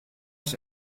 als